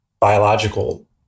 biological